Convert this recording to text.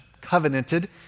covenanted